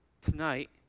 Tonight